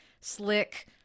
slick